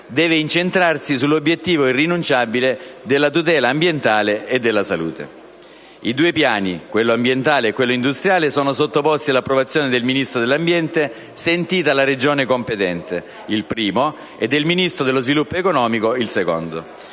deve incentrarsi sull'obiettivo irrinunciabile della tutela ambientale e della salute. I due piani, quello ambientale e quello industriale, sono sottoposti all'approvazione del Ministro dell'ambiente, sentita la Regione competente, il primo, e del Ministro dello sviluppo economico, il secondo.